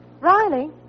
Riley